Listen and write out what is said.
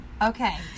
Okay